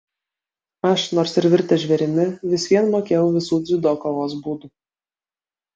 aš nors ir virtęs žvėrimi vis vien mokėjau visų dziudo kovos būdų